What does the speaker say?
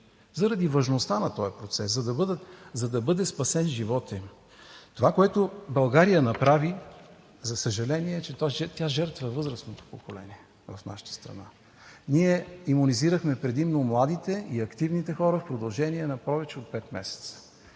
заради важността на този процес, за да бъде спасен животът им. Това, което България направи, за съжаление, е, че тя жертва възрастното поколение в нашата страна. Ние имунизирахме предимно младите и активните хора в продължение на повече от пет месеца,